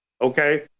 Okay